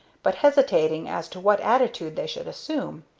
but hesitating as to what attitude they should assume.